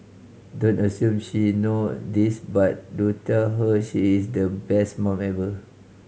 don't assume she know this but do tell her she is the best mum ever